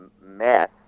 mess